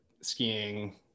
skiing